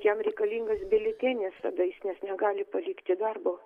jam reikalingas builetenis tada jis nes negali palikti darbo